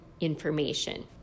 information